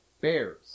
bears